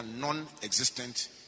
non-existent